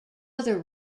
other